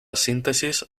síntesis